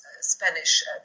Spanish